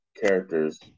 characters